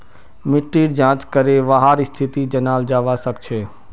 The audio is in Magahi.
मिट्टीर जाँच करे वहार स्थिति जनाल जवा सक छे